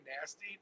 nasty